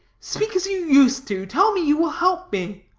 speak as you used to tell me you will help me.